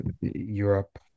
Europe